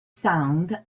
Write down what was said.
sound